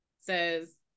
says